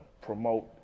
promote